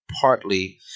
partly